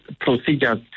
procedures